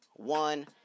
one